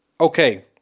Okay